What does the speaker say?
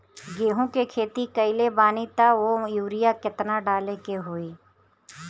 गेहूं के खेती कइले बानी त वो में युरिया केतना डाले के होई?